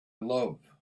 love